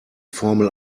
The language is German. formel